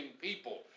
people